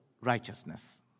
righteousness